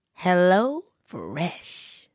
HelloFresh